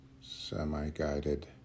semi-guided